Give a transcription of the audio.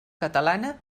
catalana